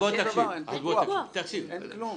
אין כלום.